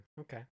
Okay